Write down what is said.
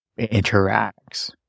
interacts